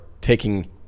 taking